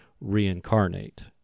reincarnate